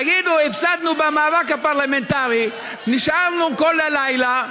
תגידו: הפסדנו במאבק הפרלמנטרי, נשארנו כל הלילה,